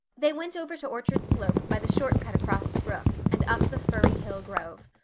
they went over to orchard slope by the short cut across the brook and up the firry hill grove.